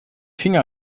finger